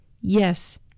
Yes